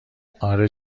اره